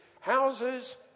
houses